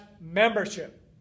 membership